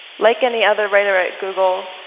like any other writer at google,